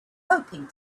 hoping